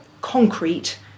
concrete